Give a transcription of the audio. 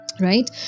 right